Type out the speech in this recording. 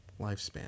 Lifespan